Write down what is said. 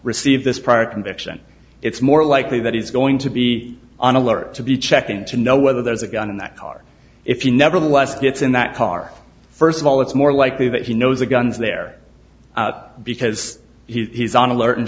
received this prior conviction it's more likely that he's going to be on alert to be checking to know whether there's a gun in that car if you nevertheless gets in that car first of all it's more likely that he knows the guns there because he's on alert and